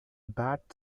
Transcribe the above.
bat